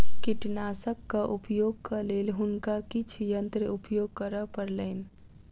कीटनाशकक उपयोगक लेल हुनका किछ यंत्र उपयोग करअ पड़लैन